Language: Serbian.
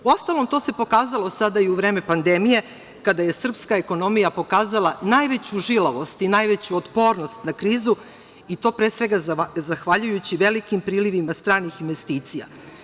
Uostalom, to se pokazalo sada i u vreme pandemije kada je srpska ekonomija pokazala najveću žilavost i najveću otpornost na krizu i to pre svega, zahvaljujući velikim prilivima stranih investicija.